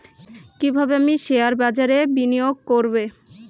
কিভাবে আমি শেয়ারবাজারে বিনিয়োগ করবে?